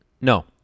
No